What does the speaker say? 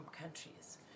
countries